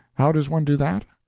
how does one do that?